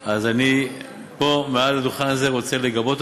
אז אני פה מעל הדוכן הזה רוצה לגבות